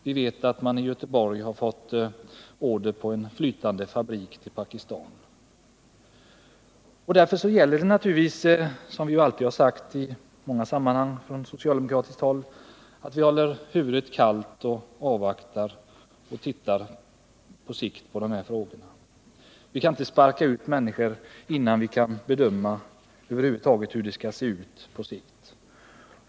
Vi vet vidare att man i Göteborg har fått order på en flytande fabrik till Pakistan. Därför gäller det naturligtvis, som vi alltid sagt från socialdemokratiskt håll i olika sammanhang, att hålla huvudet kallt, avvakta och se på de här frågorna på sikt. Vi kan inte sparka ut människor innan vi kan bedöma det hela i litet längre perspektiv.